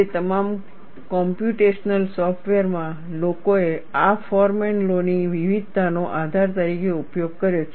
તે તમામ કોમ્પ્યુટેશનલ સોફ્ટવેરમાં લોકોએ આ ફોરમેન લૉ ની વિવિધતાનો આધાર તરીકે ઉપયોગ કર્યો છે